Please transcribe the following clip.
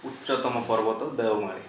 ଉଚ୍ଚତ୍ତମ ପର୍ବତ ଦେଓମାଳୀ